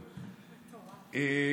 תודה.